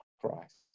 Christ